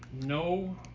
No